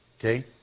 Okay